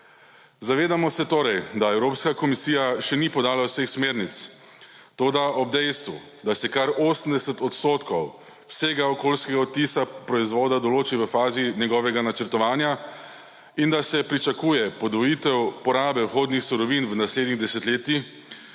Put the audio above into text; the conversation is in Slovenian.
Zavedamo se torej, da Evropska komisija še ni podala vseh smernic, toda ob dejstvu, da se kar 80 odstotkov vsega okoljskega odtisa proizvoda določi v fazi njegovega načrtovanja in da se pričakuje podvojitev porabe vhodnih surovin v naslednjih desetletjih,